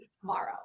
tomorrow